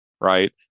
right